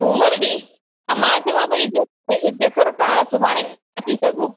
सूमरु ॾींहुं त मां चवां पेई जे जेकर तव्हां सुभाणे अची सघो